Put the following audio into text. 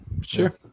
Sure